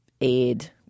aid